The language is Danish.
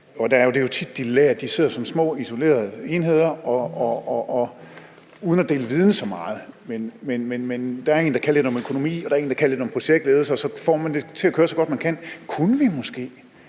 er det jo tit sådan, at de sidder som små isolerede enheder uden at dele viden så meget, men der er en, der kan lidt om økonomi, og der er en, der kan lidt om projektledelse, og så får man det til at køre, så godt man kan. Kunne vi måske